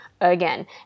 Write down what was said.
again